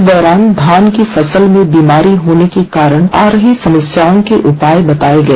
इस दौरान धान की फसल में बीमारी होने के कारण आ रही समस्याओं के उपाय बताए गए